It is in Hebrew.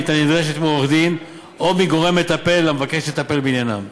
הנדרשת מעורך-דין או מגורם מטפל המבקש לטפל בעניינם.